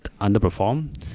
underperformed